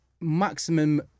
maximum